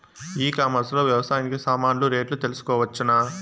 ఈ కామర్స్ లో వ్యవసాయానికి సామాన్లు రేట్లు తెలుసుకోవచ్చునా?